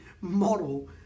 model